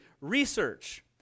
research